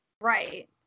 Right